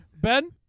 Ben